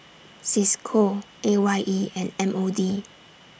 CISCO A Y E and M O D